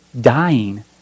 dying